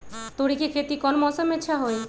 तोड़ी के खेती कौन मौसम में अच्छा होई?